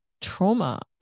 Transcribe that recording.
trauma